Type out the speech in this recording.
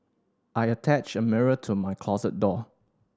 I attached a mirror to my closet door